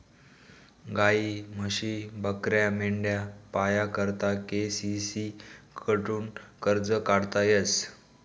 गायी, म्हशी, बकऱ्या, मेंढ्या पाया करता के.सी.सी कडथून कर्ज काढता येस